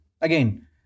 again